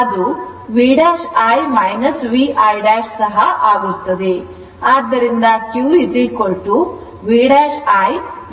ಆದ್ದರಿಂದ Q V'i VI' ಆಗುತ್ತದೆ